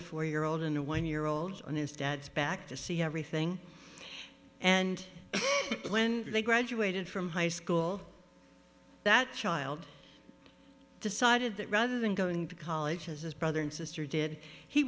a four year old and a one year old and his dad's back to see everything and when they graduated from high school that child decided that rather than going to college as his brother and sister did he